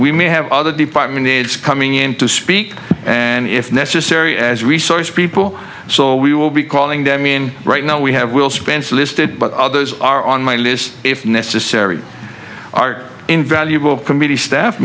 we may have other department aides coming in to speak and if necessary as resource people so we will be calling them in right now we have will spence listed but others are on my list if necessary art invaluable committee staff